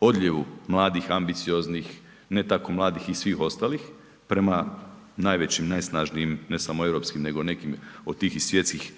odljevu mladih, ambicioznih, ne tako mladih i svih ostalih prema najvećim najsnažnijim, ne samo europskim nego nekim od tih i svjetskih